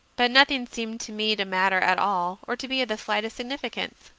but nothing seemed to me to matter at all or to be of the slightest significance.